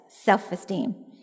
Self-esteem